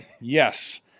Yes